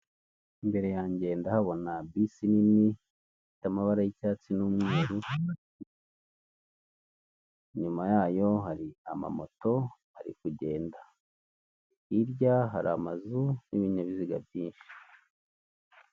Imbere yanjye ndahabona bus nini ifite amabara y'icyatsi n'umweru, inyuma yayo hari amamoto ari kugenda, hirya hari amazu n'ibinyabiziga byinshi.